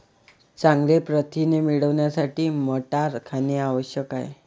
चांगले प्रथिने मिळवण्यासाठी मटार खाणे आवश्यक आहे